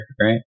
right